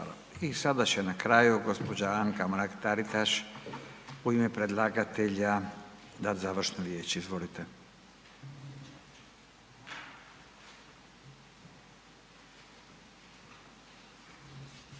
I sada će na kraju gospođa Anka Mrak Taritaš u ime predlagatelja dati završnu riječ. Izvolite.